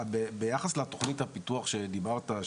ביחס לתכנית הפיתוח שדיברת,